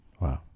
Wow